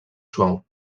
suau